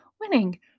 winning